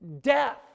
death